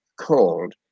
called